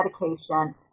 medication